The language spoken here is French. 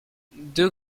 deux